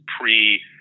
pre